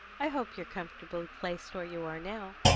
i hope you're comfortably placed where you are now?